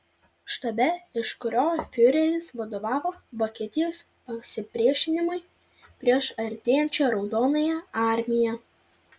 štabe iš kurio fiureris vadovavo vokietijos pasipriešinimui prieš artėjančią raudonąją armiją